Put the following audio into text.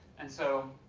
and so,